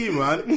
man